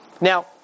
Now